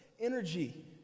energy